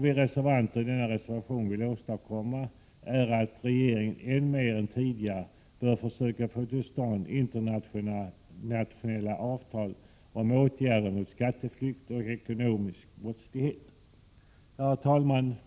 Vi reservanter vill att regeringen mer än tidigare bör försöka få till stånd internationella avtal om åtgärder mot skatteflykt och ekonomisk brottslighet. Herr talman!